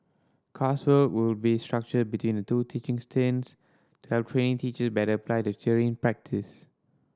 coursework will be structured between the two teaching stints to help trainee teacher better apply to theory in practice